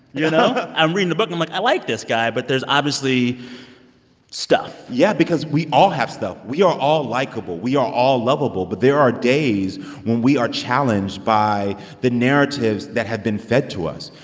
you know? i'm reading the book and i'm like, i like this guy, but there's obviously stuff yeah because we all have stuff. we are all likable. we are all lovable. but there are days when we are challenged by the narratives that have been fed to us.